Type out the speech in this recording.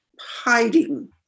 hiding